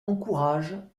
encouragent